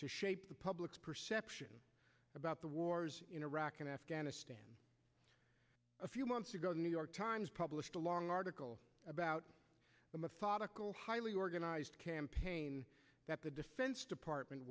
to shape the public's perception about the wars in iraq and afghanistan a few months ago the new york times published a long article about a methodical highly organized campaign that the defense department